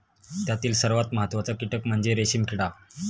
त्यातील सर्वात महत्त्वाचा कीटक म्हणजे रेशीम किडा